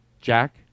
Jack